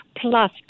plus